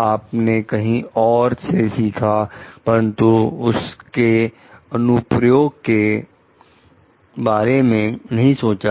आपने कहीं और से सीखा परंतु उसके अनुप्रयोग के बारे में नहीं सोचा